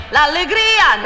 L'allegria